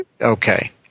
Okay